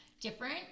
different